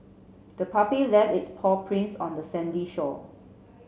the puppy left its paw prints on the sandy shore